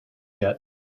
yet